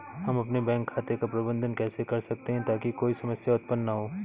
हम अपने बैंक खाते का प्रबंधन कैसे कर सकते हैं ताकि कोई समस्या उत्पन्न न हो?